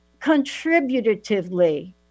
Contributively